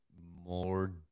more